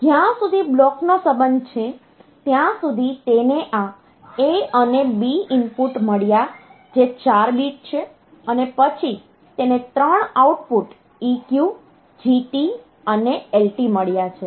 તેથી જ્યાં સુધી બ્લોકનો સંબંધ છે ત્યાં સુધી તેને આ A અને B ઇનપુટ મળ્યા જે 4 બીટ છે અને પછી તેને ત્રણ આઉટપુટ EQ GT અને LT મળ્યા છે